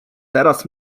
teraz